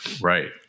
Right